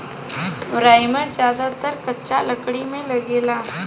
primer ज्यादातर कच्चा लकड़ी में लागेला